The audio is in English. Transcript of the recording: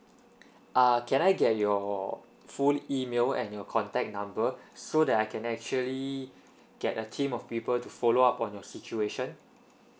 ah can I get your full email and your contact number so that I can actually get a team of people to follow up on your situation